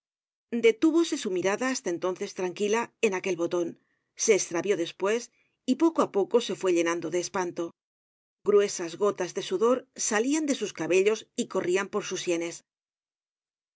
detúvose su mirada hasta entonces tranquila en aquel boton se estravió despues y poco á poco se fue llenando de espanto gruesas gotas de sudor salian de sus cabellos y corrian por sus sienes